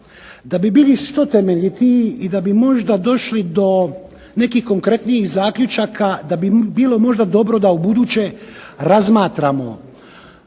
da bi bili što temeljitiji i da bi možda došli do nekih konkretnijih zaključaka, da bi bilo možda dobro da ubuduće razmatramo